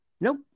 Nope